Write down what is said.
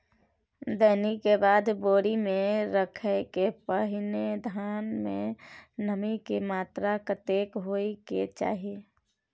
दौनी के बाद बोरी में रखय के पहिने धान में नमी के मात्रा कतेक होय के चाही?